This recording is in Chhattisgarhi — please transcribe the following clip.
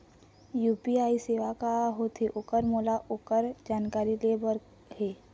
यू.पी.आई सेवा का होथे ओकर मोला ओकर जानकारी ले बर हे?